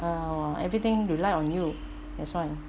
uh oh everything rely on you that's why